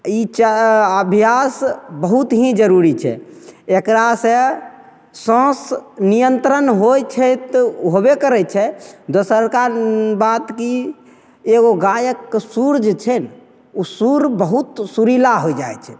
ई चऽ अभ्यास बहुत ही जरूरी छै एकरासे साँस नियन्त्रण होइ छै तऽ होबे करै छै दोसरका बात कि एगो गायकके सुर जे छै ने ओ सुर बहुत सुरीला हो जाइ छै